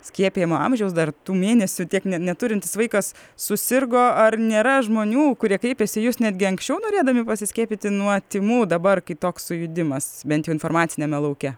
skiepijimo amžiaus dar tų mėnesių tiek neturintis vaikas susirgo ar nėra žmonių kurie kreipėsi jūs netgi anksčiau norėdami pasiskiepyti nuo tymų dabar kai toks sujudimas bent jau informaciniame lauke